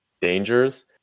dangers